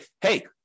hey